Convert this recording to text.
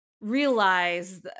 realize